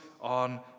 on